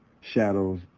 Shadows